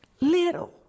little